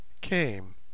came